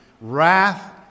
wrath